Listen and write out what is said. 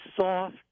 soft